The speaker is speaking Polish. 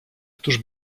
któż